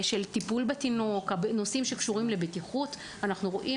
אנחנו מנסים לטפל באירועי בטיחות שקשורים